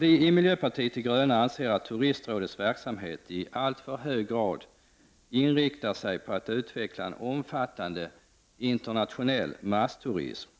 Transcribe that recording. Vi i miljöpartiet de gröna anser att Turistrådets verksamhet i alltför hög grad inriktar sig på att utveckla en omfattande internationell massturism